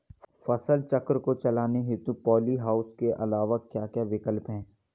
फसल चक्र को चलाने हेतु पॉली हाउस के अलावा और क्या क्या विकल्प हैं?